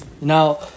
Now